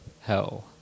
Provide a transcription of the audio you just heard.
Hell